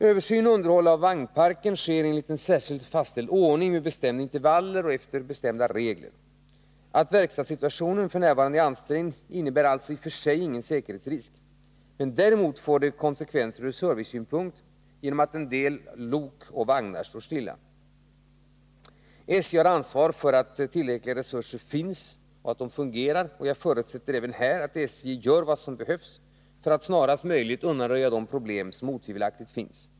Översyn och underhåll av SJ:s vagnpark sker enligt en fastställd ordning med bestämda intervaller och efter bestämda regler. Att verkstadssituationenf. n. är ansträngd innebär alltså i sig ingen säkerhetsrisk. Däremot får det konsekvenser ur servicesynpunkt genom att en del lok och vagnar står stilla. Eftersom SJ har ansvar för att erforderliga resurser finns och att de fungerar förutsätter jag att SJ gör vad som behövs för att snarast möjligt undanröja de problem som otvivelaktigt finns.